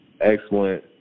excellent